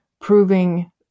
proving